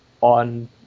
on